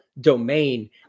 domain